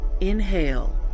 Inhale